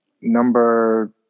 number